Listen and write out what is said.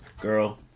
Girl